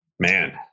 Man